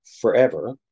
forever